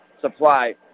Supply